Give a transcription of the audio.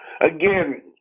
again